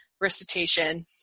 recitation